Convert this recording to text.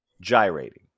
gyrating